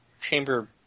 chamber